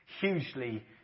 hugely